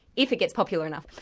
if it gets popular enough.